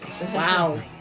Wow